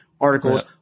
articles